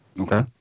Okay